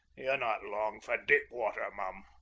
ye're not long for deepwater, ma'am.